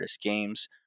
Games